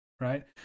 right